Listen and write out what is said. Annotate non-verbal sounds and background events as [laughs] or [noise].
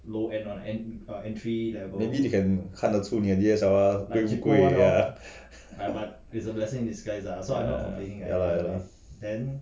maybe they can 看得出你的 D_S_L_R 不贵啊 [laughs] ya ya lah ya